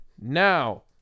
now